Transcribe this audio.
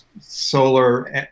solar